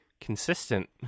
consistent